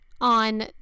on